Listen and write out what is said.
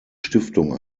stiftung